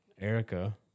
Erica